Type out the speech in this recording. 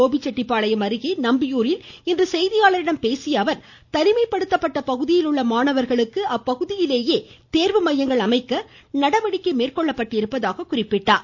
கோபிச்செட்டிப்பாளையம் அருகே நம்பியூரில் இன்று செய்தியாளர்களிடம் பேசிய அவர் தனிமைப்படுத்தப்பட்ட பகுதியில் உள்ள மாணவர்களுக்கு அப்பகுதியிலேயே தேர்வு மையங்கள் அமைக்க நடவடிக்கை மேற்கொள்ளப்பட்டிருப்பதாக கூறினார்